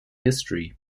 history